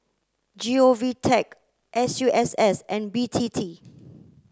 G O V tech S U S S and B T T